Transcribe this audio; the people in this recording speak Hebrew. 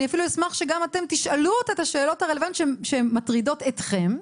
ואני אשמח שגם אתם תשאלו אותה את השאלות הרלוונטיות שמטרידות אתכם.